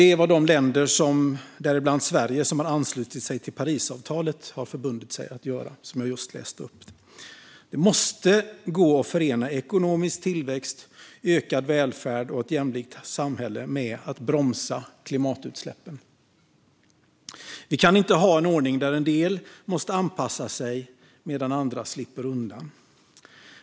Det jag just läste upp är vad de länder, däribland Sverige, som anslutit sig till Parisavtalet förbundit sig att göra. Det måste gå att förena ekonomisk tillväxt, ökad välfärd och ett jämlikt samhälle med att bromsa klimatutsläppen. Vi kan inte ha en ordning där en del måste anpassa sig medan andra slipper undan.